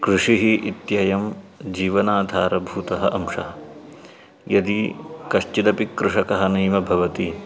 कृषिः इत्ययं जीवनाधारभूतः अंशः यदि कश्चिदपि कृषकः नैव भवति